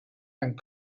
and